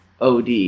OD